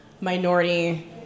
minority